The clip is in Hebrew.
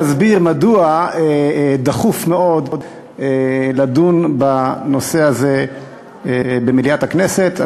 להסביר מדוע דחוף מאוד לדון בנושא הזה במליאת הכנסת.